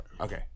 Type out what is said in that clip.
Okay